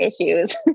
issues